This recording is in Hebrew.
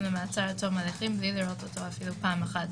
למעצר עד תום ההליכים בלי לראותו אפילו פעם אחת,